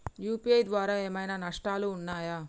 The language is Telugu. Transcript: యూ.పీ.ఐ ద్వారా ఏమైనా నష్టాలు ఉన్నయా?